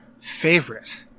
favorite